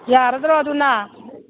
ꯌꯥꯔꯗ꯭ꯔꯣ ꯑꯗꯨꯅ